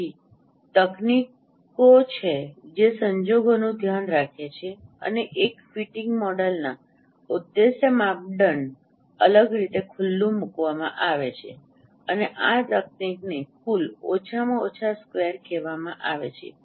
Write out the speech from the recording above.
તેથી ત્તકનીકો છે જે સંજોગોનું ધ્યાન રાખે છે અને અહીં ફિટિંગ મોડેલના ઉદ્દેશ્ય માપદંડ અલગ રીતે ખુલ્લુ મુકવામાં આવે છે અને આ તકનીકને કુલ ઓછામાં ઓછા સ્ક્વેર કહેવામાં આવે છે